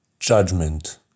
judgment